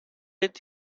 with